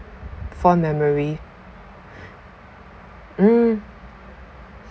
fond memory mm